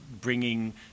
bringing